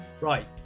Right